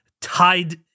tied –